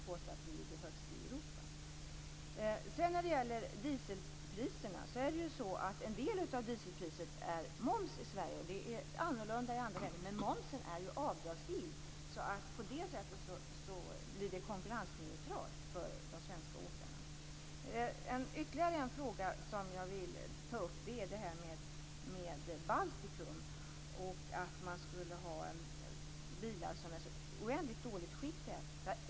Då kan Sten Andersson inte påstå att vi ligger högst i En del av dieselpriset i Sverige är moms. I andra länder är det annorlunda. Men momsen är ju avdragsgill. På det sättet blir det konkurrensneutralt för de svenska åkarna. Ytterligare en fråga som jag vill ta upp gäller Baltikum och att man där skulle ha bilar som är i ett så oändligt dåligt skick.